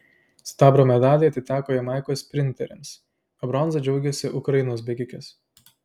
sidabro medaliai atiteko jamaikos sprinterėms o bronza džiaugėsi ukrainos bėgikės